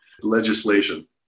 legislation